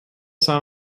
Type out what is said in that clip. some